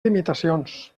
limitacions